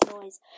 noise